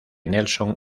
nelson